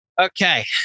okay